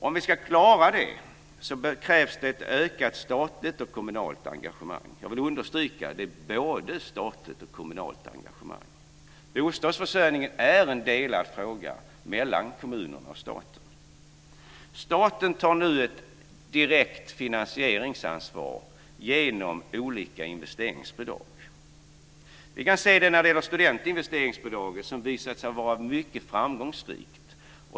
Om vi ska klara det krävs ett ökat statligt och kommunalt engagemang. Jag vill understryka att det gäller både statligt och kommunalt engagemang. Bostadsförsörjningen är en delad fråga mellan kommunen och staten. Staten tar nu ett direkt finansieringsansvar genom olika investeringsbidrag. Vi kan se det när det gäller studentinvesteringsbidraget som har visat sig vara mycket framgångsrikt.